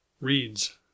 Reads